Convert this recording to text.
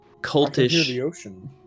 cultish